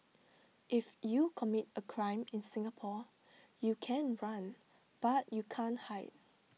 if you commit A crime in Singapore you can run but you can't hide